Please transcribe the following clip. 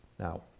Now